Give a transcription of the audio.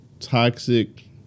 toxic